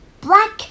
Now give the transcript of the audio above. black